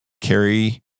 carry